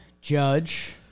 Judge